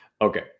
Okay